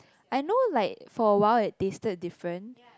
I know like for a while it tasted different